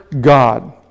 God